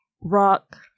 rock